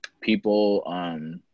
people